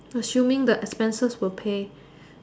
assuming the expenses will pay